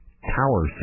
Tower